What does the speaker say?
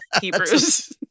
Hebrews